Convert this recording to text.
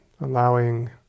allowing